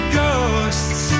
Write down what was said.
ghosts